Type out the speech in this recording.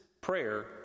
prayer